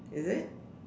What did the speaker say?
is it